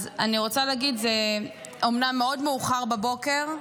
אני רוצה להגיד שזה אומנם מאוד מאוחר בבוקר,